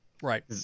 right